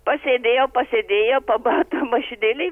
pasėdėjau pasėdėjau pabuvau toj mašinėlėj